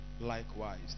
likewise